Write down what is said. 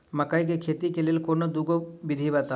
मकई केँ खेती केँ लेल कोनो दुगो विधि बताऊ?